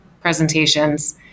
presentations